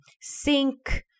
sink